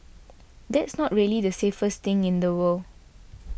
that's not really the safest thing in the world